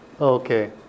Okay